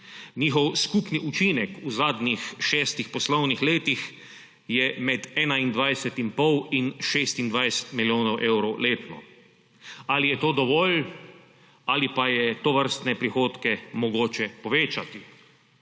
Njihov skupni učinek v zadnjih šestih poslovnih letih je med 21 in pol in 26 milijonov evrov letno. Ali je to dovolj ali pa je tovrstne prihodke mogoče povečati?